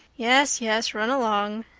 yes, yes, run along,